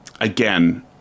again